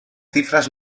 cifras